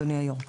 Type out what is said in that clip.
אדוני היו"ר.